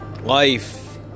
life